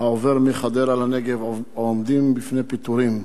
העובר מחדרה לנגב, עומדים בפני פיטורים.